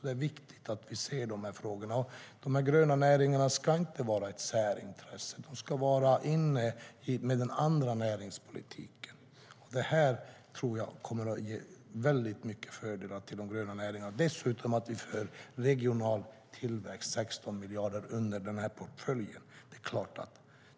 Det är viktigt att vi ser frågorna.De gröna näringarna ska inte vara ett särintresse. De ska vara med i den övriga näringspolitiken. Det kommer att ge mycket fördelar till de gröna näringarna. Dessutom tillför vi 16 miljarder kronor till regional tillväxt i den portföljen.